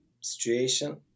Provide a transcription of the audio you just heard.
situation